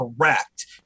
correct